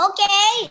Okay